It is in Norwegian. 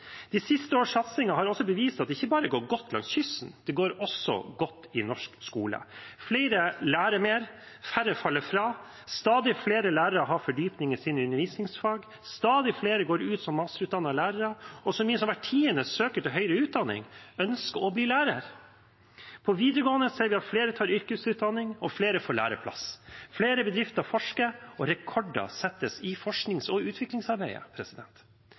De siste års satsinger har også bevist at det ikke bare går godt langs kysten, det går også godt i norsk skole. Flere lærer mer, færre faller fra, stadig flere lærere har fordypning i sine undervisningsfag, stadig flere går ut som masterutdannede lærere, og så mye som hver tidende søker til høyere utdanning ønsker å bli lærer. På videregående ser vi at flere tar yrkesutdanning og flere får læreplass. Flere bedrifter forsker, og rekorder settes i forsknings- og utviklingsarbeidet.